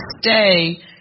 stay